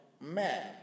man